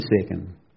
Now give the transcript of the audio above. second